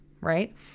right